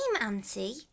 auntie